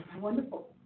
wonderful